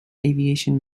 aviation